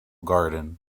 garden